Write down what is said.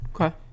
okay